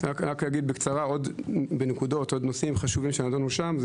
בקצרה עוד נושאים חשובים שנדונו שם: